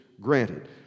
granted